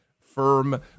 firm